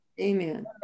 Amen